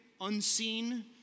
unseen